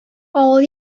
авыл